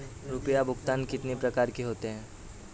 रुपया भुगतान कितनी प्रकार के होते हैं?